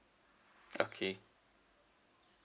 okay